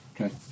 Okay